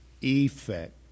effect